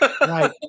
Right